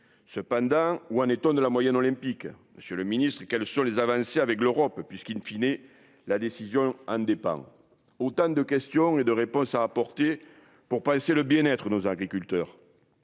cependant, où en est-on de la moyenne olympique Monsieur le Ministre : quelles sont les avancées avec l'Europe puisqu'inopiné, la décision a ne dépend autant de questions et de réponses à apporter pour passer le bien-être nos agriculteurs